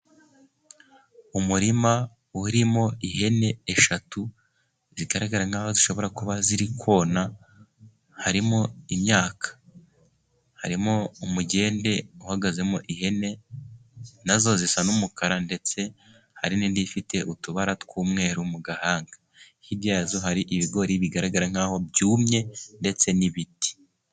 Umurima urimo ihene eshatu zigaragara nk'aho zishobora kuba ziri kona, harimo imyaka harimo umugende uhagazemo ihene, na zo zisa n'umukara ndetse hari n'indi ifite utubara tw'umweru mu gahanga hiryazo hari ibigori bigaragara nk'aho byumye ndetse n'ibiti.